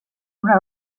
una